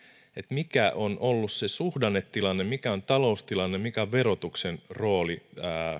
mikä on ollut suhdannetilanne mikä on taloustilanne mikä on verotuksen rooli